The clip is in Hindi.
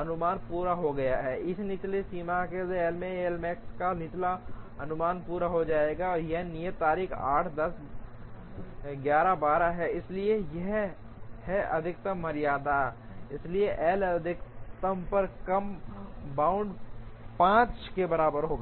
अनुमान पूरा हो गया है एक निचली सीमा एक है एल मैक्स का निचला अनुमान पूरा हो गया है अब नियत तारीखें 8 10 11 और 12 हैं इसलिए यह है अधिकतम मर्यादा इसलिए L अधिकतम पर कम बाउंड 5 के बराबर है